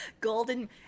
Golden